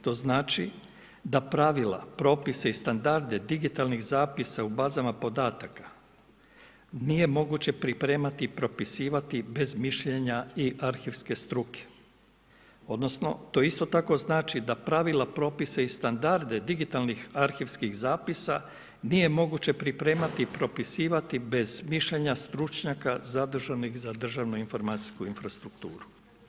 To znači da pravila, propise i standarde digitalnih zapisa u bazama podataka nije moguće pripremati i propisivati bez mišljenja i arhivske struke odnosno to isto tako znači da pravila, propise i standarde digitalnih arhivskih zapisa nije moguće pripremati i propisivati bez mišljenja stručnjaka zaduženih za državnu-informacijsku infrastrukturu.